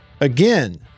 again